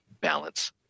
balance